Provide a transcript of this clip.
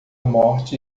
morte